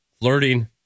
flirting